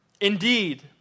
Indeed